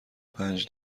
پنج